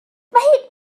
mae